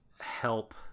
help